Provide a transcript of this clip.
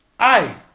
i,